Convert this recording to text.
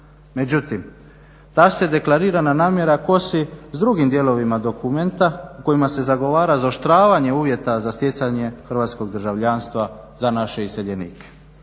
Međutim, ta se deklarirana namjera kosi s drugim dijelovima dokumenta u kojima se zagovara zaoštravanje uvjeta za stjecanje Hrvatskog državljanstva za naše iseljenike.